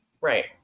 right